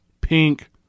pink